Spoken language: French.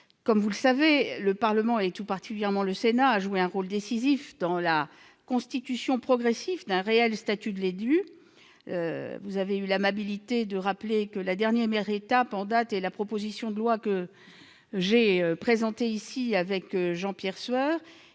Comme vous le savez, le Parlement, tout particulièrement le Sénat, a joué un rôle décisif dans la constitution progressive d'un réel statut de l'élu. Vous avez eu l'amabilité de rappeler que la dernière étape en date était la loi du 31 mars 2015, issue de